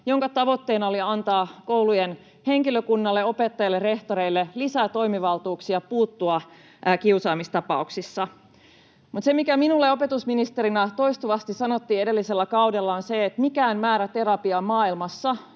jonka tavoitteena oli antaa koulujen henkilökunnalle, opettajille ja rehtoreille lisää toimivaltuuksia puuttua kiusaamistapauksissa. Mutta se, mikä minulle opetusministerinä toistuvasti sanottiin edellisellä kaudella, on se, että mikään määrä terapiaa maailmassa